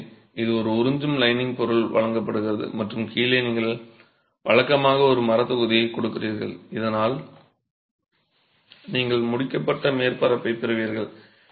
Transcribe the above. எனவே இது ஒரு உறிஞ்சும் லைனிங்க் பொருள் வழங்கப்படுகிறது மற்றும் கீழே நீங்கள் வழக்கமாக ஒரு மரத் தொகுதியைக் கொடுக்கிறீர்கள் இதனால் நீங்கள் முடிக்கப்பட்ட மேற்பரப்பைப் பெறுவீர்கள்